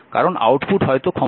কারণ আউটপুট হয়তো ক্ষমতা